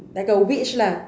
like a witch lah